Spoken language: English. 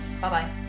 Bye-bye